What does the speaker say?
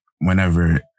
whenever